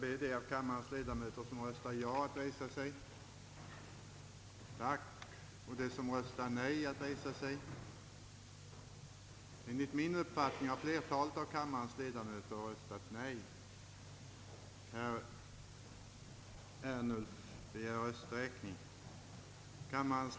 Min erfarenhet från dömande i faderskapsprocesser är att barnavårdsmannen i många fall är till utomordentlig hjälp för modern.